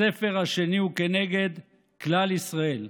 הספר השני הוא כנגד כלל ישראל,